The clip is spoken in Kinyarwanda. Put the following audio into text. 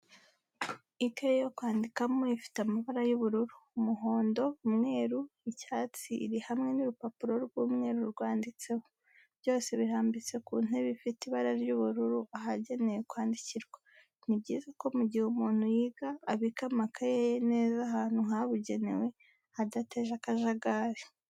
Ikaye yo kwandikano ifite amabara y'ubururu, umuhondo, umweru icyatsi iri hamwe n'urupapuro rw'umweru rwanditseho, byose birambitse ku ntebe ifite ibara ry'ubururu ahagenewe kwandikirwa. Ni byiza ko mu gihe umuntu yiga abika amakayi ye neza ahantu habugenewe adateje akajagari.